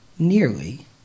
nearly